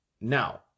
now